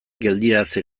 geldiarazi